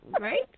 Right